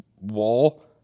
wall